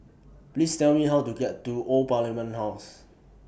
Please Tell Me How to get to Old Parliament House